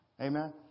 Amen